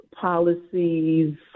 policies